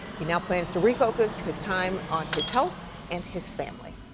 you know plans to refocus his time on his health and his family.